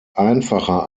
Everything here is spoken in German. einfacher